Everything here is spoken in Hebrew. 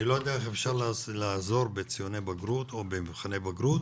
אני לא יודע איך אפשר לעזור בציוני בגרות או במבחני בגרות,